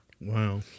Wow